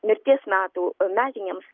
mirties metų metinėms